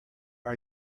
are